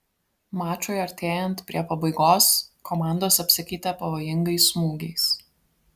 mačui artėjant prie pabaigos komandos apsikeitė pavojingais smūgiais